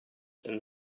and